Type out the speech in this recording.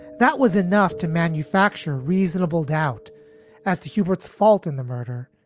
that was enough to manufacture reasonable doubt as to hubert's fault in the murder.